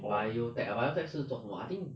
biotech ah biotech 是做什么 I think